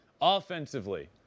Offensively